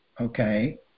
Okay